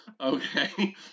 okay